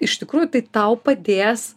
iš tikrųjų tai tau padės